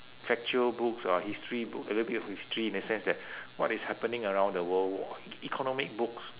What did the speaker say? factual books ah history books a little bit of history in the sense that what is happening around the world economic books